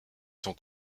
sont